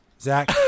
zach